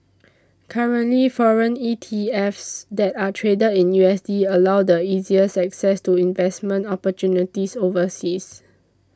currently foreign ETFs that are traded in U S D allow the easiest access to investment opportunities overseas